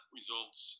results